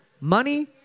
money